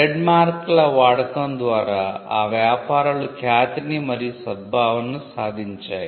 ట్రేడ్మార్క్ల వాడకం ద్వారా ఆ వ్యాపారాలు ఖ్యాతిని మరియు సద్భావనను సాధించాయి